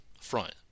front